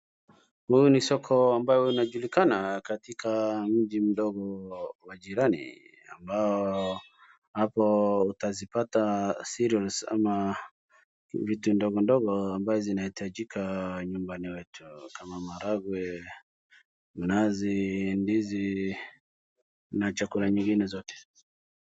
Huyu ni soko ambao unajulikana katika mji mdogo wa jirani ambao hapo utazipata cerials ama vitu ndogo ndogo ambazo zinahitajika nyumbani mwetu kama maharagwe, mnazi, ndizi na chakula nyingine zote.